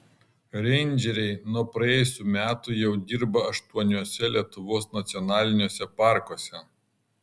reindžeriai nuo praėjusių metų jau dirba aštuoniuose lietuvos nacionaliniuose parkuose